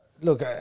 Look